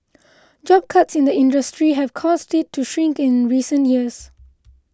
job cuts in the industry have caused it to shrink in recent years